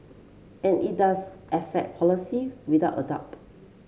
and it does affect policy without a doubt